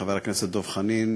חבר הכנסת דב חנין,